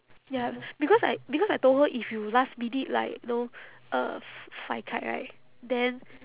ya because I because I told her if you last minute like you know uh f~ fly kite right then